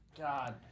God